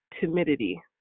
timidity